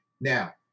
Now